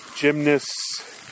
gymnasts